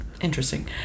Interesting